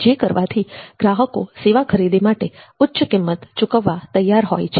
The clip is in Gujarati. જે કરવાથી ગ્રાહકો સેવા ખરીદી માટે ઉચ્ચ કિંમત ચૂકવવા તૈયાર હોય છે